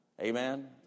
Amen